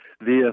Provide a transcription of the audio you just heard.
via